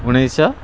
ଉଣେଇଶହ